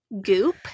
goop